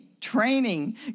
training